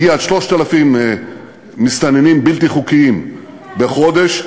הגיעו 3,000 מסתננים בלתי חוקיים בחודש.